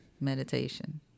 meditation